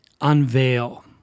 unveil